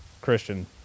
Christian